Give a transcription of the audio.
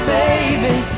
baby